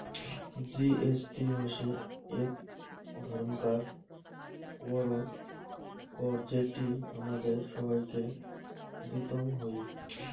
GST হসে এক ধরণকার কর যেটি হামাদের সবাইকে দিতং হই